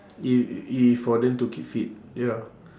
i~ i~ for them to keep fit ya